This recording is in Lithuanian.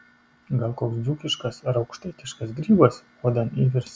gal koks dzūkiškas ar aukštaitiškas grybas puodan įvirs